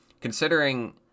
Considering